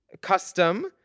custom